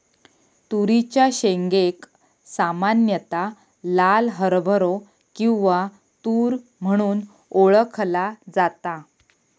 तुरीच्या शेंगेक सामान्यता लाल हरभरो किंवा तुर म्हणून ओळखला जाता